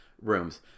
rooms